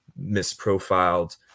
misprofiled